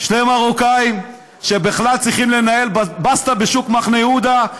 שני מרוקאים שבכלל צריכים לנהל בסטה בשוק מחנה יהודה,